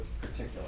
particular